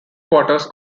quarters